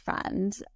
friend